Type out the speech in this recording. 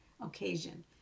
occasion